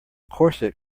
corset